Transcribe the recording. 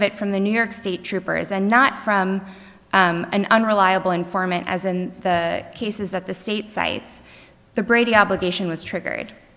of it from the new york state troopers and not from an unreliable informant as and the case is that the state cites the brady obligation was triggered